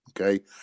Okay